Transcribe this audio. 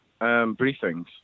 briefings